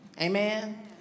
amen